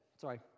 sorry